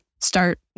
start